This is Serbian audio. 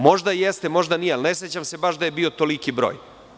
Možda jeste, možda nije, ne sećam se baš da je bio toliki broj.